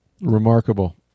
Remarkable